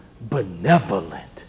benevolent